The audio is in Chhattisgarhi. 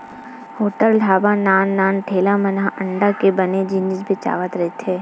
होटल, ढ़ाबा, नान नान ठेला मन म अंडा के बने जिनिस बेचावत रहिथे